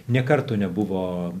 nė karto nebuvo